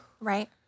Right